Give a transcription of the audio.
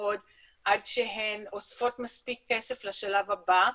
מאוד עד שהן אוספות מספיק כסף לשלב הבא,